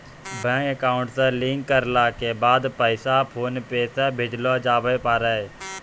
bank account से link करला के बाद पैसा फोनपे से भेजलो जावै पारै